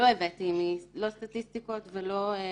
לא הבאתי סטטיסטיקות ודוגמאות,